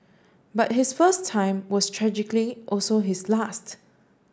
but his first time was tragically also his last